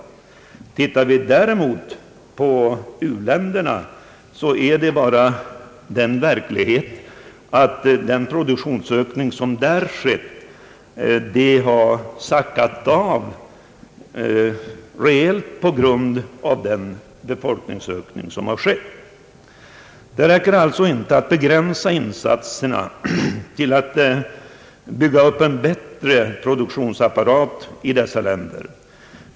Verkligheten för u-länderna däremot är att produktionsökningen där har sackat efter på grund av den befolkningsökning som har skett. Det räcker alltså inte med att begränsa insatserna till att bygga upp en bättre produktionsapparat i u-länderna.